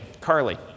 Carly